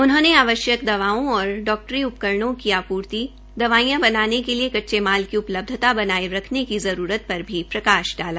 उन्होंने जरूरी दवाओं और डाक्टरी उपकरणों की आपूर्ति दवाइयां बनाने के लिए कच्चे माल की उपलब्धता बनाये रखने की जरूरत पर भी प्रकाश डाला